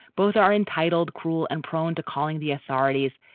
both are entitled, cruel and prone to calling the authorities.